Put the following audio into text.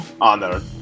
honor